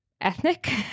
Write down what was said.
ethnic